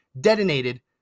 detonated